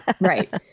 Right